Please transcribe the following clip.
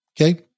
okay